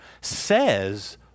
says